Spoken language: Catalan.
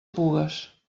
pugues